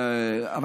אבל